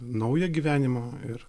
naują gyvenimą ir